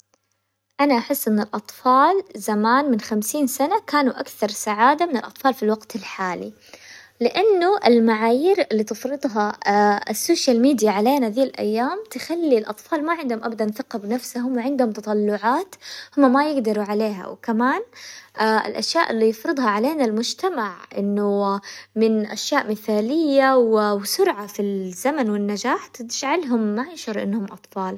انا احس ان الاطفال زمان من خمسين سنة كانوا اكثر سعادة من الاطفال في الوقت الحالي، لانه المعايير اللي تفرضها السوشيال ميديا علينا ذي الايام تخلي الاطفال ما عندهم ابدا ثقة بنفسهم، وعندهم تطلعات هم ما يقدروا عليها، وكمان الاشياء اللي يفرضها علينا المجتمع، انه من اشياء مثالية وسرعة في الزمن والنجاح تجعلهم ما يشعروا انهم اطفال.